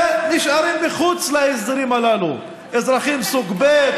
שנשארים מחוץ להסדרים הללו, אזרחים סוג ב'.